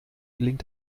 gelingt